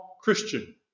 Christian